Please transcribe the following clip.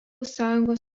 sąjungos